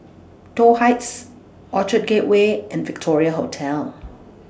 Toh Heights Orchard Gateway and Victoria Hotel